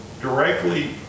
directly